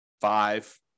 five